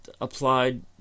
applied